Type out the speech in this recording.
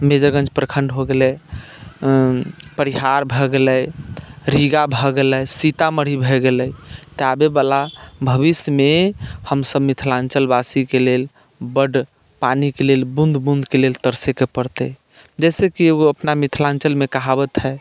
मेजरगंज प्रखण्ड हो गेलै परिहार भऽ गेलै रीगा भऽ गेलै सीतामढ़ी भए गेलै तऽ आबयवला भविष्यमे हमसभ मिथिलाञ्चल वासीके लेल बड्ड पानिके लेल बूँद बूँदके लेल तरसैके पड़तै जैसेकि एगो अपना मिथिलाञ्चलमे कहावत हइ